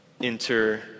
Enter